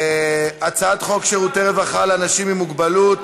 הצעת חוק שירותי רווחה לאנשים עם מוגבלות